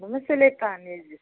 ووٚنمے سُلے پہن ییٖزِ